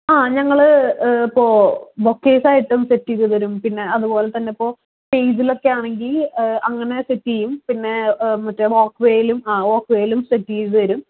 ഞങ്ങള് പോ ബൊക്കേസ് ആയിട്ടും സെറ്റ് ചെയ്തുതരും പിന്നെ അതുപോലെ തന്നെ ഇപ്പോൾ സ്റ്റേജിലോക്കെ ആണെങ്കിൽ അങ്ങനെ സെറ്റ് ചെയ്യും പിന്നെ മറ്റേ വാക് വെയിലും വാക് വെയിലും സെറ്റ് ചെയ്തുതരും